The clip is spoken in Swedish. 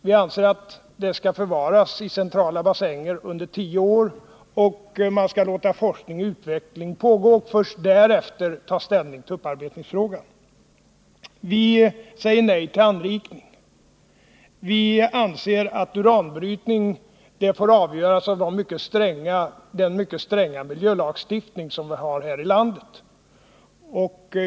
Vi anser att det skall förvaras i centrala bassänger under tio år, att man skall låta forskning och utveckling pågå och först därefter ta ställning till upparbetningsfrågan. Vi säger nej till anrikning. Vi anser att frågan om uranbrytning får avgöras enligt den mycket stränga miljölagstiftning som vi har här i landet.